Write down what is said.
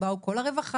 באו כל הרווחה,